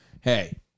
hey